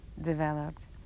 developed